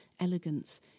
elegance